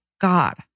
God